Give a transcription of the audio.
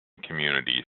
communities